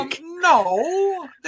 no